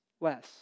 less